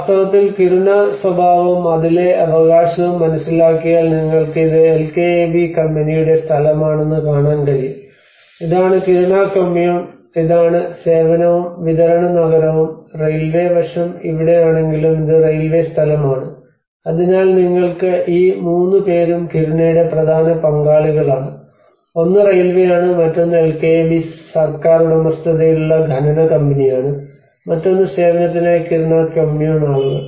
വാസ്തവത്തിൽ കിരുണ സ്വഭാവവും അതിലെ അവകാശവും മനസിലാക്കിയാൽ നിങ്ങൾക്ക് ഇത് LKAB കമ്പനിയുടെ സ്ഥലമാണെന്ന് കാണാൻ കഴിയും ഇതാണ് കിരുണ കൊമ്മുൻ ഇതാണ് സേവനവും വിതരണ നഗരവും റെയിൽവേ വഷം എവിടെയാണെങ്കിലും ഇത് റെയിൽവേ സ്ഥലമാണ് അതിനാൽ നിങ്ങൾക്ക് ഈ 3 പേരും കിരുണയുടെ പ്രധാന പങ്കാളികളാണ് ഒന്ന് റെയിൽവേയാണ് മറ്റൊന്ന് എൽകെഎബി സർക്കാർ ഉടമസ്ഥതയിലുള്ള ഖനന കമ്പനിയാണ് മറ്റൊന്ന് സേവനത്തിനായി കിരുണ കൊമ്മുൻ ആളുകൾ